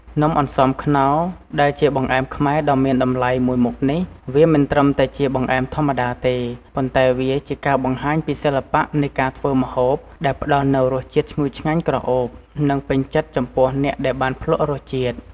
នំអន្សមខ្នុរ ដែលជាបង្អែមខ្មែរដ៏មានតម្លៃមួយមុខនេះ វាមិនត្រឹមតែជាបង្អែមធម្មតាទេ ប៉ុន្តែវាជាការបង្ហាញពីសិល្បៈនៃការធ្វើម្ហូប ដែលផ្តល់នូវរសជាតិឈ្ងុយឆ្ងាញ់ក្រអូប និងពេញចិត្តចំពោះអ្នកដែលបានភ្លក្សរសជាតិ។